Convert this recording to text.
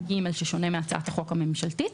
והוא שונה מהצעת החוק הממשלתית.